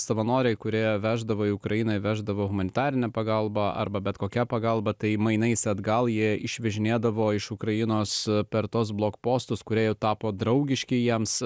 savanoriai kurie veždavo į ukrainą veždavo humanitarinę pagalbą arba bet kokia pagalba tai mainais atgal jie išvažinėdavo iš ukrainos per tuos blokpostus kūrėju tapo draugiški jiems